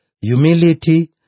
humility